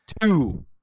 Two